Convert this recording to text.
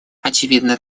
очевидно